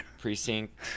Precinct